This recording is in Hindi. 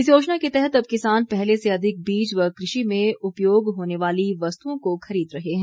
इस योजना के तहत अब किसान पहले से अधिक बीज व कृषि में उपयोग होने वाली वस्तुओं को खरीद रहे हैं